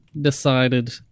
decided